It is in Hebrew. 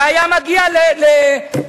זה היה מגיע לאו"ם,